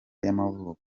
y’amavuko